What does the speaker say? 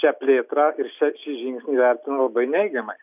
šią plėtrą ir šia šį žingsnį įvertino labai neigiamai